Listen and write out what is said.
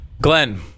Glenn